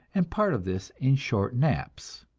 and part of this in short naps.